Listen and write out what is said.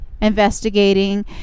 investigating